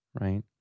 right